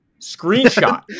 Screenshot